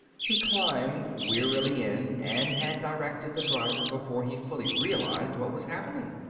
he climbed wearily in and had directed the driver before he fully realized what was happening.